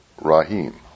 Rahim